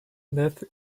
death